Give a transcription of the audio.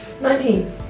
Nineteen